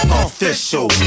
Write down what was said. official